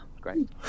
great